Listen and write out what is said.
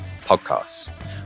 Podcasts